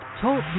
talk